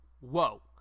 Whoa